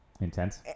Intense